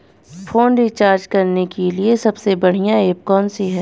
Phone recharge करने के लिए सबसे बढ़िया ऐप कौन सी है?